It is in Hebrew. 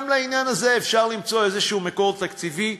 גם לעניין הזה אפשר למצוא איזשהו מקור תקציבי,